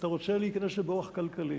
אתה רוצה להיכנס לזה באורח כלכלי.